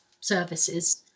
services